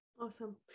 Awesome